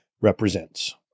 represents